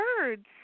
birds